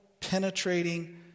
penetrating